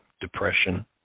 depression